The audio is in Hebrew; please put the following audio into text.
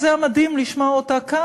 וזה היה מדהים לשמוע אותה כאן,